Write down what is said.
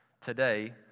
today